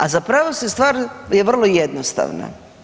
A zapravo stvar je vrlo jednostavna.